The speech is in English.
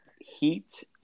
Heat